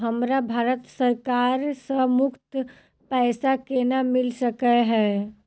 हमरा भारत सरकार सँ मुफ्त पैसा केना मिल सकै है?